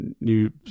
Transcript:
new